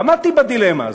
עמדתי בדילמה הזאת,